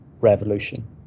revolution